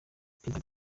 perezida